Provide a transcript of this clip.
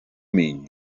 mean